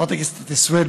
חברת הכנסת סויד,